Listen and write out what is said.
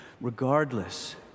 Regardless